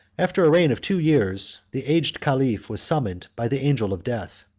after a reign of two years, the aged caliph was summoned by the angel of death.